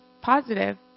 positive